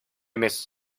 mes